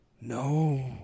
no